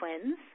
twins